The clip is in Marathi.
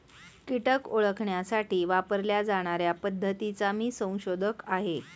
कीटक ओळखण्यासाठी वापरल्या जाणार्या पद्धतीचा मी संशोधक आहे